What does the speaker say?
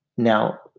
Now